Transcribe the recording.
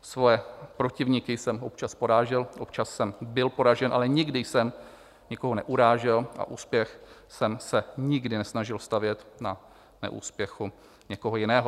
Svoje protivníky jsem občas porážel, občas jsem byl poražen, ale nikdy jsem nikoho neurážel a úspěch jsem se nikdy nesnažil stavět na neúspěchu někoho jiného.